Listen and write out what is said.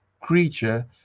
creature